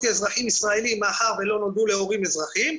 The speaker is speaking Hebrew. כאזרחים ישראלים מאחר ולא נולדו להורים אזרחים,